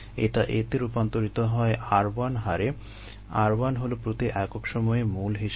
এটা A তে রূপান্তরিত হয় r1 হারে r 1 হলো প্রতি একক সময়ে মোল হিসাবে